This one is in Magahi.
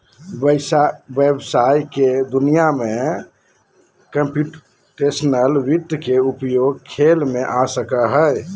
व्हवसाय के दुनिया में कंप्यूटेशनल वित्त के उपयोग खेल में आ सको हइ